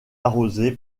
arrosé